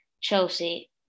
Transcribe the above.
Chelsea